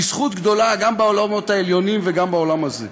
היא זכות גדולה גם בעולמות העליונים וגם בעולם הזה,